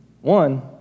One